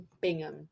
Bingham